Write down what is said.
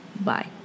Bye